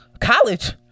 college